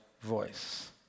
voice